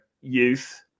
youth